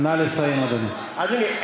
נא לסיים, אדוני.